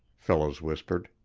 fellows whispered.